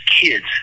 kids